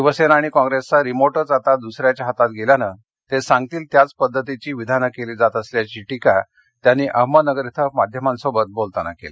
शिवसेना आणि कॉंग्रेसचा रिमोटच आता दुसऱ्याच्या हातात गेल्यानं ते सांगतील त्याच पध्दतीची विधानं केली जात असल्याची टिका त्यांनी अहमदनगर इथं माध्यमांसोबत बोलताना केली